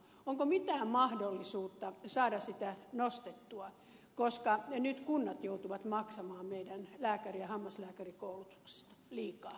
onko mitään mahdollisuutta saada sitä nostettua koska nyt kunnat joutuvat meillä maksamaan lääkäri ja hammaslääkärikoulutuksesta ja tutkimuksesta liikaa